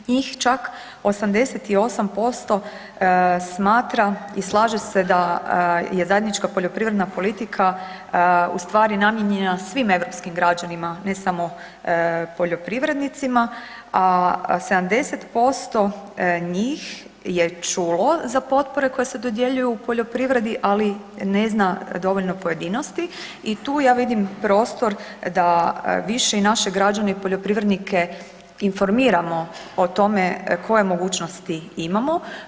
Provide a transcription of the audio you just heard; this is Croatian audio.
Njih čak 88% smatra i slaže se da je zajednička poljoprivredna politika ustvari namijenjena svim europskim građanima, ne samo poljoprivrednicima, a 70% njih je čulo za potpore koje se dodjeljuju u poljoprivredi ali ne zna dovoljno pojedinosti i tu ja vidim prostor da više i naše građane i poljoprivrednike informiramo o tome koje mogućnosti imamo.